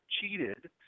cheated